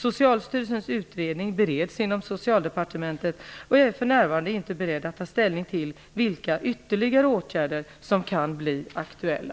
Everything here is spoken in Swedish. Socialstyrelsens utredning bereds inom Socialdepartementet och jag är för närvarande inte beredd att ta ställning till vilka ytterligare åtgärder som kan bli aktuella.